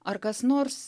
ar kas nors